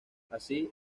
así